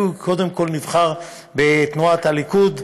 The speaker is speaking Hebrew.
כי הוא קודם כול הוא נבחר בתנועת הליכוד,